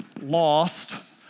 lost